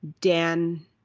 Dan